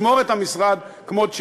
שמור את המשרד כמות שהוא.